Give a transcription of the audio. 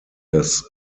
des